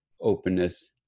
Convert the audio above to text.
openness